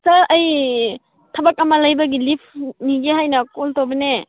ꯁꯥꯔ ꯑꯩ ꯊꯕꯛ ꯑꯃ ꯂꯩꯕꯒꯤ ꯂꯤꯐ ꯅꯤꯒꯦ ꯍꯥꯏꯅ ꯀꯣꯜ ꯇꯧꯕꯅꯦ